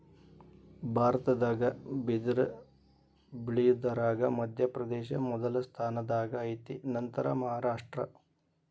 ಭಾರತದಾಗ ಬಿದರ ಬಳಿಯುದರಾಗ ಮಧ್ಯಪ್ರದೇಶ ಮೊದಲ ಸ್ಥಾನದಾಗ ಐತಿ ನಂತರಾ ಮಹಾರಾಷ್ಟ್ರ